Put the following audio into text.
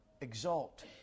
exalt